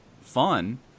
fun